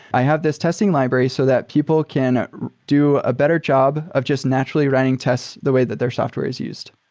i have this testing library so that people can do a better job of just naturally writing tests the way that their software is used